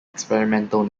experimental